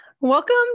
Welcome